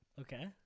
okay